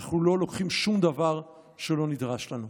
אנחנו לא לוקחים שום דבר שהוא לא נדרש לנו.